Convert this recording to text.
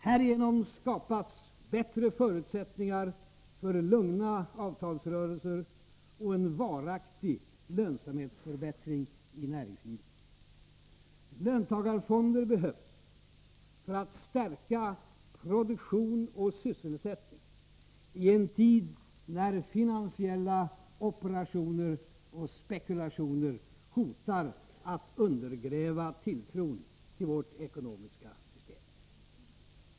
Härigenom skapas bättre förutsättningar för lugna avtalsrörelser och en varaktig lönsamhetsförbättring i näringslivet. Löntagarfonder behövs för att stärka produktion och sysselsättning i en tid när finansiella operationer och spekulationer hotar att undergräva tilltron till vårt ekonomiska system.